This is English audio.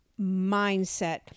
mindset